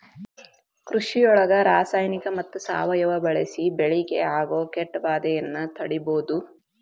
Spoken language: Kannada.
ಕೃಷಿಯೊಳಗ ರಾಸಾಯನಿಕ ಮತ್ತ ಸಾವಯವ ಬಳಿಸಿ ಬೆಳಿಗೆ ಆಗೋ ಕೇಟಭಾದೆಯನ್ನ ತಡೇಬೋದು